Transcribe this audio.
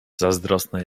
zazdrosna